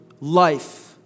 life